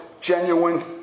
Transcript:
genuine